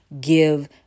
give